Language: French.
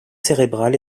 cérébral